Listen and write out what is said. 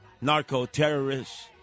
narco-terrorists